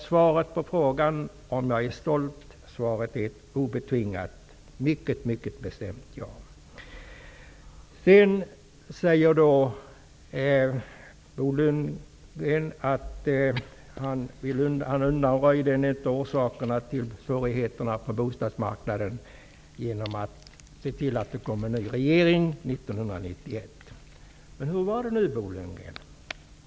Svaret på frågan om jag är stolt är ett obetingat, mycket bestämt ja. Bo Lundgren säger att han undanröjde en av orsakerna till svårigheterna på bostadsmarknaden genom att se till att det kom en ny regering 1991. Men hur var det nu, Bo Lundgren?